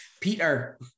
Peter